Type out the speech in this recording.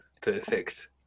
Perfect